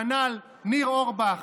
כנ"ל ניר אורבך,